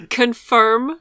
confirm